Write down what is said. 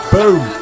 Boom